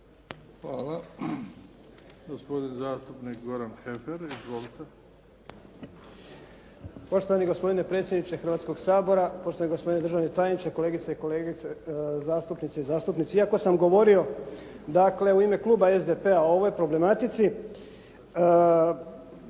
Hvala. Gospodin zastupnik Goran Heffer. Izvolite. **Heffer, Goran (SDP)** Poštovani gospodine predsjedniče Hrvatskoga sabora, poštovani gospodine državni tajniče, kolegice i kolege zastupnice i zastupnici. Iako sam govorio dakle u ime kluba SDP-a o ovoj problematici